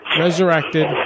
resurrected